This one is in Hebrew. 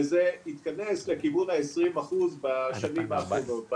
וזה התכנס לכיוון העשרים אחוז בשנים האחרונות.